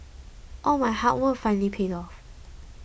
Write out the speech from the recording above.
all my hard work finally paid off